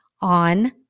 on